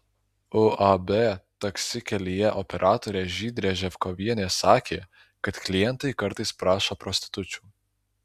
uab taksi kelyje operatorė žydrė ževkovienė sakė kad klientai kartais prašo prostitučių